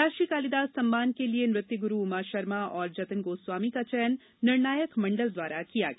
राष्ट्रीय कालीदास सम्मान के लिये नृत्य गुरू उमा शर्मा और जतिन गोस्वामी का चयन निर्णायक मंडल द्वारा किया गया